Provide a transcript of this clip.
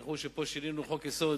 אל תשכחו שכאן שינו חוק-יסוד,